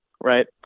right